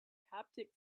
haptic